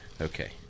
Okay